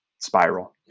spiral